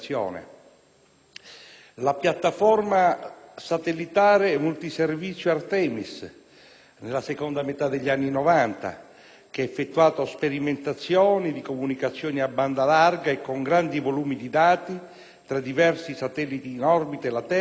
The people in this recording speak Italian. la piattaforma satellitare multiservizio Artemis, nella seconda metà degli anni Novanta, che ha effettuato sperimentazioni di comunicazioni a banda larga e con grandi volumi di dati, tra diversi satelliti in orbita e la Terra,